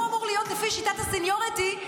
ולפי שיטת הסניוריטי,